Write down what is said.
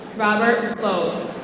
robert lowe.